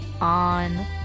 on